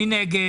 מי נגד?